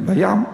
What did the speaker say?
בים.